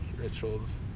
rituals